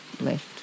left